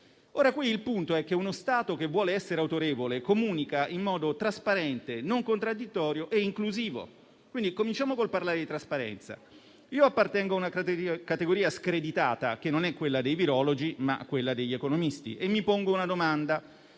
Il punto è che uno Stato che vuole essere autorevole comunica in modo trasparente, non contraddittorio e inclusivo. Quindi, cominciamo con il parlare di trasparenza. Io appartengo a una categoria screditata che è quella non dei virologi, ma degli economisti e mi pongo una domanda.